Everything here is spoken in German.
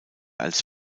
als